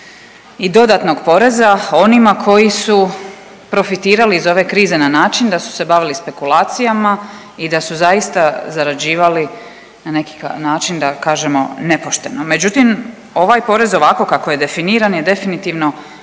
i dodatnog poreza onima koji su profitirali iz ove krize na način da su se bavili spekulacijama i da su zaista zarađivali na neki način da kažemo nepošteno, međutim ovaj porez ovako kako je definiran je definitivno